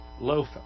loaf